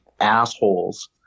assholes